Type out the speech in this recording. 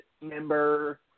member